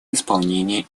исполнения